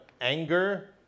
anger